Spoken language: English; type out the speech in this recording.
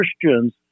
Christians